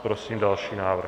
Prosím další návrh.